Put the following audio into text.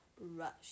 rush